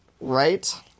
Right